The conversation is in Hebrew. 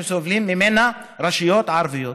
שסובלים ממנה ברשויות הערביות,